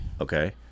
Okay